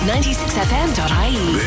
96FM.ie